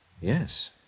Yes